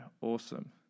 Awesome